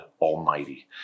Almighty